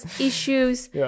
issues